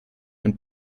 ein